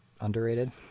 underrated